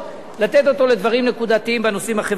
לדברים נקודתיים בנושאים החברתיים.